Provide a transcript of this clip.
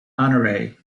honoree